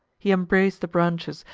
he embraced the branches,